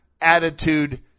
Attitude